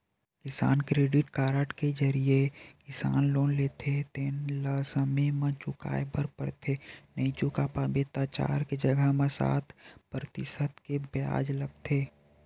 किसान credit card के जरिए किसान लोन लेथे तेन ल समे म चुकाए बर परथे नइ चुका पाबे त चार के जघा म सात परतिसत के बियाज लगथे